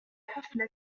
حفلة